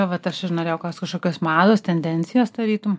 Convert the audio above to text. vat aš ir norėjau klaust kažkokios mados tendencijos tarytum